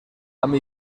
amb